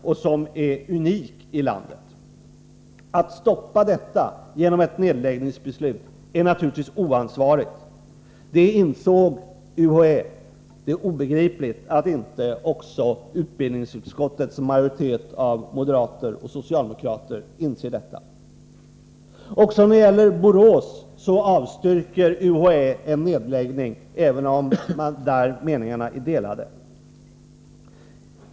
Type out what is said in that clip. Att stoppa den verksamheten genom ett nedläggningsbeslut är naturligtvis oansvarigt. Det insåg UHÄ. Det är obegripligt att inte också utbildningsutskottets majoritet av moderater och socialdemokrater inser detta. Också när det gäller Borås avstyrker UHÄ en nedläggning, även om meningarna i den frågan är delade.